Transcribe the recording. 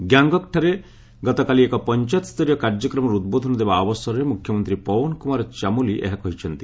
ଗ୍ୟାଙ୍ଗକକ୍ ଠାରେ ଗତକାଲି ଏକ ପଞ୍ଚାୟତସ୍ତରୀୟ କାର୍ଯ୍ୟକ୍ରମରେ ଉଦ୍ବୋଧନ ଦେବା ଅବସରରେ ମୁଖ୍ୟମନ୍ତ୍ରୀ ପଓ୍ୱନ କୁମାର ଚାମୋଲୀ କହିଛନ୍ତି